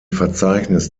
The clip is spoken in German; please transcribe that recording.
verzeichnis